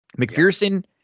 McPherson